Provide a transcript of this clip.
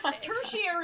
tertiary